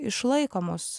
išlaiko mus